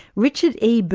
richard e.